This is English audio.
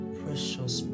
precious